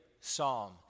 psalm